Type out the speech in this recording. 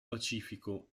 pacifico